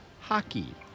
hockey